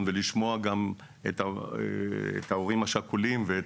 פורטוגל וקנדה מאפשרות שימוש לצורך הפריה